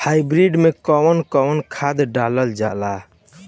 Hybrid में कउन कउन खाद डालल जाला?